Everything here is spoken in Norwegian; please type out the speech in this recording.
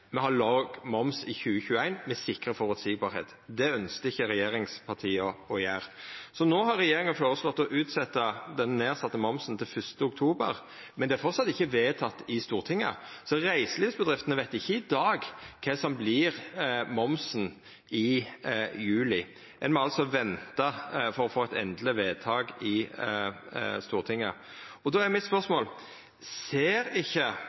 Det ønskte ikkje regjeringspartia å gjera. No har regjeringa føreslått å utsetja den nedsette momsen til 1. oktober, men det er framleis ikkje vedteke i Stortinget. Reiselivsbedriftene veit altså ikkje i dag kva som vert momsen i juli. Ein må venta for å få eit endeleg vedtak i Stortinget. Då er spørsmålet mitt: Ser ikkje